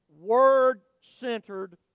word-centered